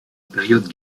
période